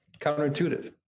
counterintuitive